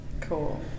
cool